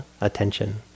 attention